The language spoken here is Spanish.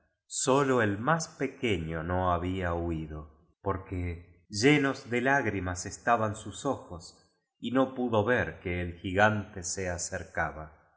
sólo el más pequeño no había huido porque llenos de lágrimas estaban sus ojos y no pudo ver que el gigante se acercaba